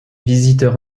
visiteurs